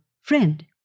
friend